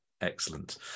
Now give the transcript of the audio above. Excellent